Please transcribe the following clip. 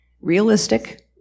realistic